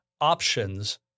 options